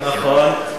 נכון.